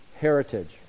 heritage